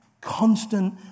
constant